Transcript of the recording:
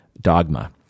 dogma